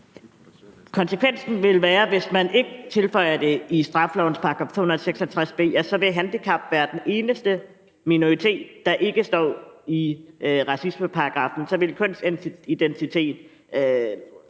Konsekvensen vil være, hvis man ikke tilføjer det i straffelovens § 266 b, at handicappede så vil være den eneste minoritet, der ikke står i racismeparagraffen, mens kønsidentitet,